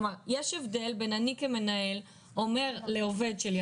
יש הבדל בין אני כמנהל אומר לעובד שלי,